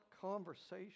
conversation